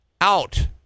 out